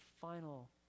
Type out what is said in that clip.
final